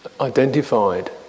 identified